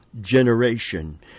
generation